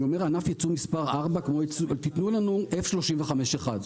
אני אומר ענף ייצוא מספר 4, כמו, תנו לנו F35 אחד.